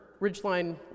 ridgeline